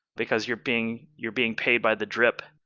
because you're being you're being paid by the drip.